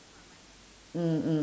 mm